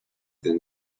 than